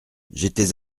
j’étais